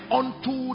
unto